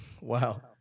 Wow